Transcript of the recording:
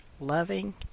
loving